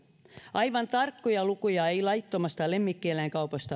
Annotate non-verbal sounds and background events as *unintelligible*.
aivan tarkkoja lukuja ei laittomasta lemmikkieläinkaupasta *unintelligible*